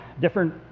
different